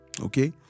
okay